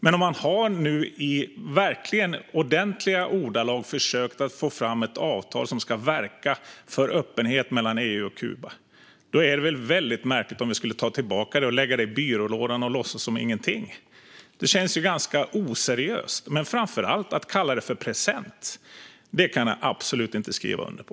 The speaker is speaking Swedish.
Men nu har man verkligen försökt få fram ett avtal som i ordentliga ordalag ska verka för öppenhet mellan EU och Kuba. Då vore det väl märkligt om vi skulle ta tillbaka det, lägga det i byrålådan och låtsas som ingenting. Det känns ju ganska oseriöst - framför allt att kalla det en present. Det kan jag absolut inte skriva under på.